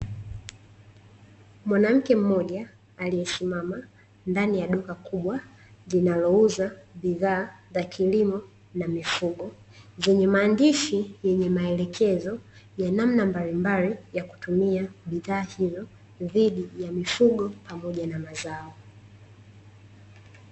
Mwanamke mmoja aliye simama ndani ya duka kubwa linalouza bidhaa za kilimo na mifugo, zenye maandishi yenye maelekezo ya namna mbalimbali ya kutumia bidhaa hiyo, dhidi ya mifugo pamoja na mazao.